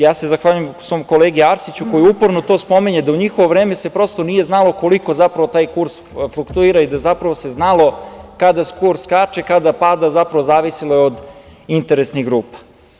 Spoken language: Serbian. Ja se zahvaljujem svom kolegi Arsiću koji uporno to spominje, da u se u njihovo vreme prosto nije znalo koliko zapravo taj kurs fluktuira i da zapravo se znalo kada kurs skače, kada pada, zapravo zavisilo je od interesnih grupa.